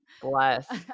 bless